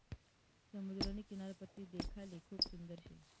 समुद्रनी किनारपट्टी देखाले खूप सुंदर शे